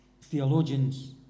theologians